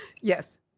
yes